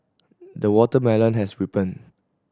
the watermelon has ripened